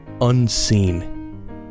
unseen